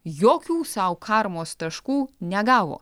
jokių sau karmos taškų negavo